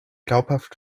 glaubhaft